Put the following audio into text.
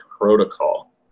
protocol